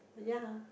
ya